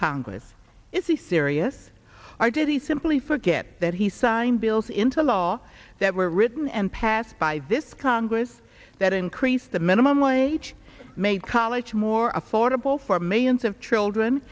congress is the serious are did he simply forget that he signed bills into law that were written and passed by this congress that increase the minimum wage made college more affordable for millions of children